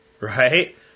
right